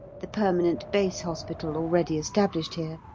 the permanent base hospital already established here.